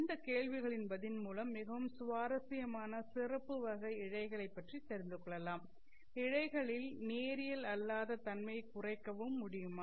இந்தகேள்விகளின் பதில் மூலம் மிகவும் சுவாரஸ்யமான சிறப்பு வகை இழைகளைப் பற்றி தெரிந்து கொள்ளலாம் இழைகளில் நேரியல் அல்லாத தன்மையைக் குறைக்கவும் முடியுமா